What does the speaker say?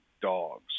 dogs